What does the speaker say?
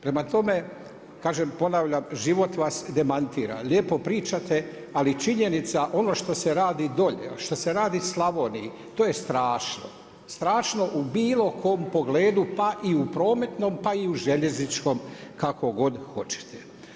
Prema tome, kažem, ponavljam, život vas demantira, lijepo pričate ali činjenica ono što se radi dolje, što se radi Slavoniji, to je strašno, strašno u bilo kom pogledu pa i u prometnom, pa i u željezničkom, kako god hoćete.